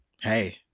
hey